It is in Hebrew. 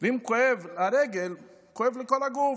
אם כואב לרגל, כואב לכל הגוף,